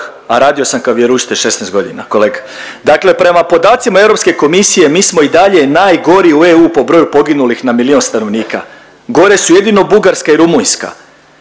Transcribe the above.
a radio sam kao vjeroučitelj 16 godina kolega, dakle prema podacima Europske komisije mi smo i dalje najgori u EU po broju poginulih na milion stanovnika. Gore su jedino Bugarska i Rumunjska,